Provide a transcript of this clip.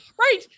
right